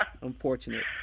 unfortunate